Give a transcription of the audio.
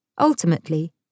Ultimately